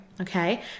okay